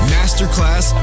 Masterclass